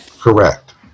correct